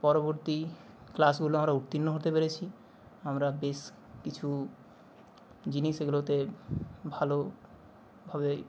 পরবর্তী ক্লাসগুলো আমরা উত্তীর্ণ হতে পেরেছি আমরা বেশ কিছু জিনিস এগুলোতে ভালোভাবে